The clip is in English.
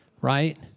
right